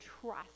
trust